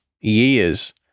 years